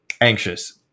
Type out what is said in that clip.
anxious